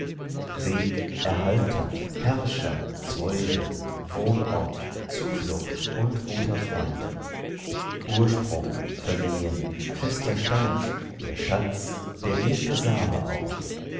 weg erhalter herrscher zeuge wohnort zuflucht und guter freund ursprung vergehen fester stand der schatz der ew'ge same auch